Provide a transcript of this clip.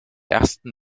ersten